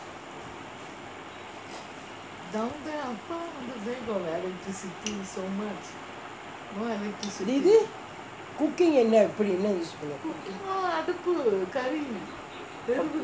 அந்த இது:antha ithu cooking என்ன எப்டி என்ன:enna epdi enna use பண்ணுவிங்கே:pannuvingae